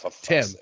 Tim